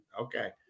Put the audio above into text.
Okay